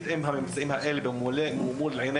ומסתכלים על הממצאים שיש כאן מול ענינו,